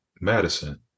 Madison